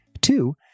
two